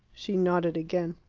she nodded again.